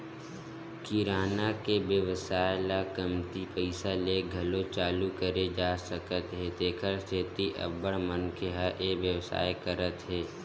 किराना के बेवसाय ल कमती पइसा ले घलो चालू करे जा सकत हे तेखर सेती अब्बड़ मनखे ह ए बेवसाय करत हे